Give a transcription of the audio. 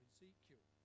Ezekiel